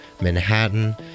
Manhattan